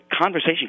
conversation